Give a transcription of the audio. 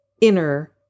inner